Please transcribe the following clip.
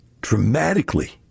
dramatically